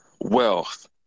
wealth